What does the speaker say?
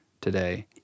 today